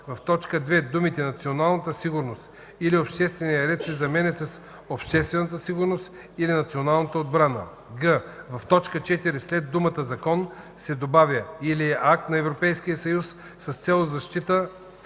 в т. 2 думите „националната сигурност или обществения ред” се заменят с „обществената сигурност или националната отбрана”; г) в т. 4 след думата „закон” се добавя „или акт на Европейския съюз с цел защита